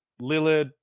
Lillard